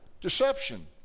Deception